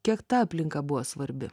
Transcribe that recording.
kiek ta aplinka buvo svarbi